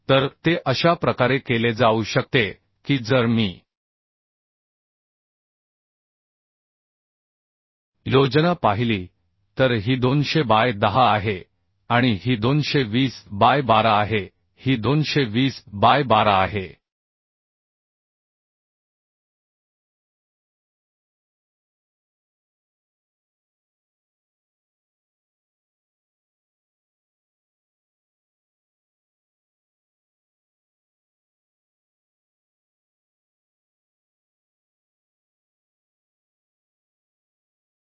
तर ते अशा प्रकारे केले जाऊ शकते की जर मी योजना पाहिली तर ही 200 बाय 10 आहे आणि ही 220 बाय 12 आहे ही 220 बाय 12 आहे